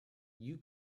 you